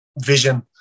vision